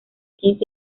quince